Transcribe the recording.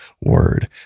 word